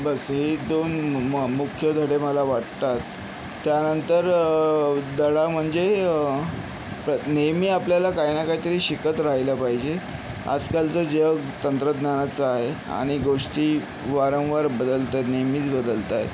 बस हे दोन म मुख्य धडे मला वाटतात त्यानंतर धडा म्हणजे प्र नेहमी आपल्याला काही ना काही तरी शिकत राहिलं पाहिजे आजकालचं जग तंत्रज्ञानाचं आहे आणि गोष्टी वारंवार बदलत आहेत नेहमीच बदलत आहेत